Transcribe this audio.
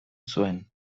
zuen